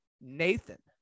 Nathan